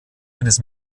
eines